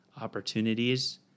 opportunities